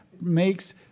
makes